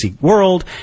world